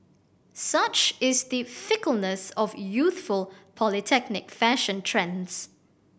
such is the fickleness of youthful polytechnic fashion trends